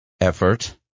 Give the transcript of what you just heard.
effort